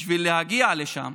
בשביל להגיע לשם